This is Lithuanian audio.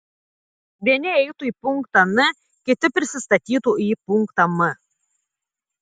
vieni eitų į punktą n kiti prisistatytų į punktą m